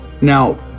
Now